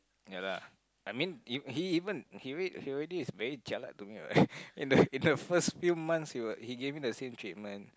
ya lah I mean if he even he al~ he already is very jialat to me what in the in the first few months he will he gave me the same treatment